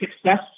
success